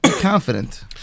Confident